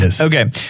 Okay